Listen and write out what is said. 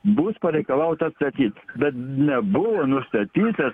bus pareikalauta atstatyt bet nebuvo nustatyta